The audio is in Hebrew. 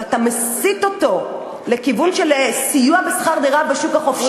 ואתה מסיט אותו לכיוון של סיוע בשכר דירה בשוק החופשי,